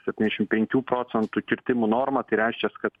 septyniasdešim penkių procentų kirtimų normą tai reiškias kad